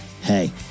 hey